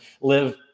live